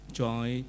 join